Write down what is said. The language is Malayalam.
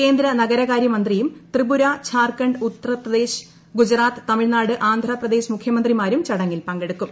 കേന്ദ്ര നഗരകാര്യമന്ത്രിയും ത്രിപുര ഝാർഖണ്ഡ് ഉത്തർപ്രദേശ് ഗുജറാത്ത് തമിഴ്നാട് ആന്ധ്രപ്രദേശ് മുഖ്യമന്ത്രിമാരും ചടങ്ങിൽ പങ്കെടുക്കും